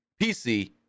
PC